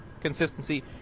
consistency